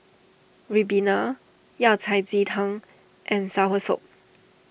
Ribena Yao Cai Ji Tang and Soursop